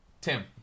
Tim